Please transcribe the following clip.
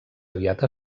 aviat